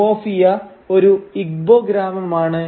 Umuofia ഒരു Igbo ഗ്രാമമാണ്